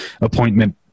appointment